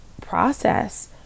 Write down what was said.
process